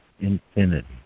infinity